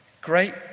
great